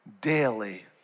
daily